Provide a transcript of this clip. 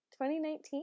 2019